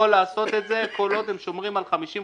יכול לעשות את זה כל עוד הם שומרים על 50-50,